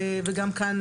וגם כאן,